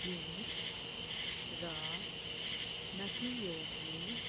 drink र नटी योगी